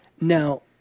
Now